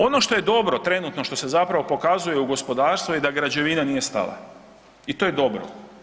Ono što je dobro trenutno što se zapravo pokazuje u gospodarstvu je da građevina nije stala i to je dobro.